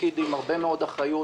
תפקיד עם הרבה מאוד אחריות.